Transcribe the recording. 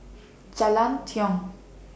Jalan Tiong